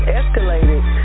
escalated